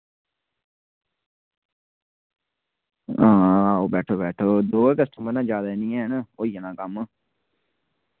हां बैठो बैठो दो गै कस्टमर न जादै निं हैन होई जाना कम्म